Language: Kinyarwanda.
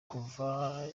kuva